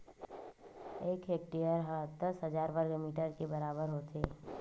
एक हेक्टेअर हा दस हजार वर्ग मीटर के बराबर होथे